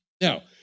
Now